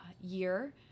year